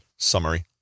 Summary